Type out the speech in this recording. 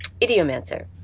Idiomancer